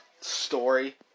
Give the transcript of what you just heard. story